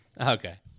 Okay